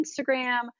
Instagram